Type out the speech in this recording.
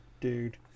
dude